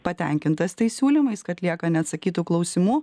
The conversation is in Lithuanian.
patenkintas tais siūlymais kad lieka neatsakytų klausimų